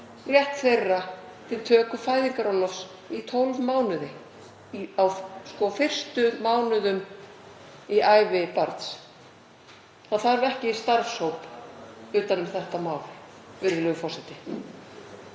rétt þeirra til töku fæðingarorlofs í 12 mánuði á fyrstu mánuðum í ævi barns. Það þarf ekki starfshóp utan um þetta mál, virðulegur forseti.